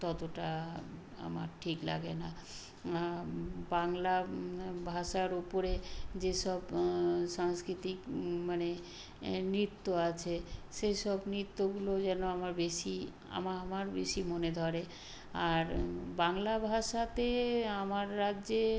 ততটা আমার ঠিক লাগে না বাংলা ভাষার উপরে যেসব সাংস্কৃতিক মানে এ নৃত্য আছে সেসব নৃত্যগুলোও যেন আমার বেশি আমার বেশি মনে ধরে আর বাংলা ভাষাতে আমার রাজ্যে